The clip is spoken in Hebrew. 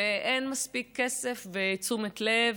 ואין מספיק כסף ותשומת לב